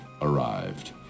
arrived